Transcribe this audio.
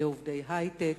אלה עובדי היי-טק,